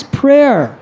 prayer